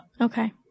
okay